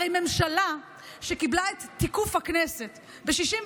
הרי הסיכוי של ממשלה שקיבלה את תיקוף הכנסת ב-64